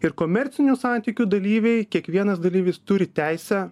ir komercinių santykių dalyviai kiekvienas dalyvis turi teisę